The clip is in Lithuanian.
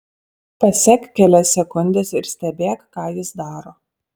pasek kelias sekundes ir stebėk ką jis daro